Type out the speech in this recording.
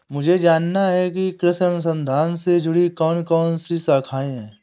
मुझे जानना है कि कृषि अनुसंधान से जुड़ी कौन कौन सी शाखाएं हैं?